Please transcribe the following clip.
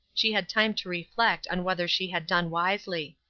she had time to reflect on whether she had done wisely.